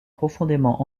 profondément